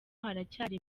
haracyari